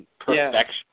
perfection